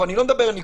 בושה וחרפה.